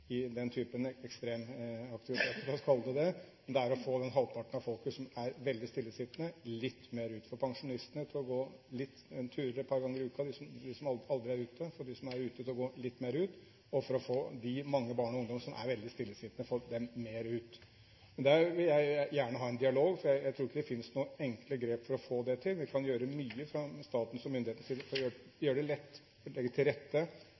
i den typen – la oss kalle det – ekstremaktiviteter. Det er å få den halvparten av folket som er veldig stillesittende, litt mer ut – få de pensjonistene som aldri er ute, til å gå turer et par ganger i uka, få dem som er ute, til å gå litt mer ut, få de mange barn og ungdommer som er veldig stillesittende, mer ut. Der vil jeg gjerne ha en dialog, for jeg tror ikke det finnes noen enkle grep for å få det til. Vi kan gjøre mye fra statens og myndighetenes side for å gjøre det lett, ved å legge til rette